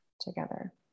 together